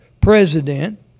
president